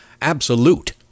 absolute